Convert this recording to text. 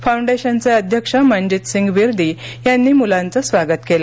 फाऊंडेशनचे अध्यक्ष मनजितसिंग विरदी यांनी मुलांचं स्वागत केलं